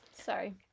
Sorry